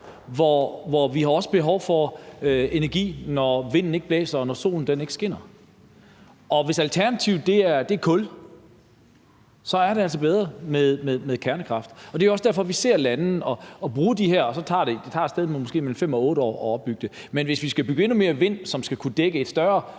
tider. Vi har også behov for energi, når vinden ikke blæser, og når solen ikke skinner, og hvis alternativet er kul, er det altså bedre med kernekraft. Det er jo også derfor, vi ser lande bruge det. Det tager måske et sted mellem 5 og 8 år at opbygge det. Men hvis vi skal udbygge med endnu mere vindenergi, som skal kunne dække en større